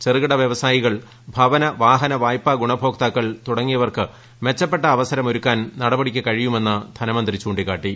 ചെറുകിട വ്യവസായികൾ ഭവന വാഹന വായ്പ ഗുണഭോക്താക്കൾ തുടങ്ങിയവർക്ക് മെച്ചപ്പെട്ട അവസരം ഒരുക്കാൻ നടപടിക്ക് കഴിയുമെന്ന് ധനമന്ത്രി ചു ിക്കാട്ടി